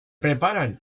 preparan